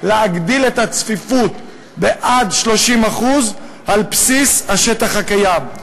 להגדיל את הצפיפות בעוד 30% על בסיס השטח הקיים.